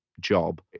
job